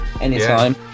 anytime